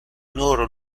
loro